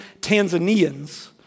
Tanzanians